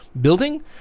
building